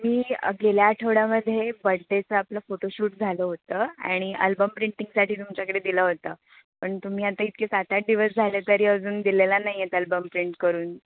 मी गेल्या आठवड्यामध्ये बड्डेचं आपलं फोटोशूट झालं होतं आणि अल्बम प्रिंटिंगसाठी तुमच्याकडे दिलं होतं पण तुम्ही आता इतके सात आठ दिवस झाले तरी अजून दिलेला नाही आहेत अल्बम प्रिंट करून